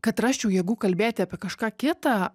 kad rasčiau jėgų kalbėti apie kažką kitą